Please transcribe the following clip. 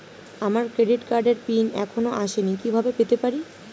আমার ক্রেডিট কার্ডের পিন এখনো আসেনি কিভাবে পেতে পারি?